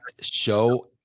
show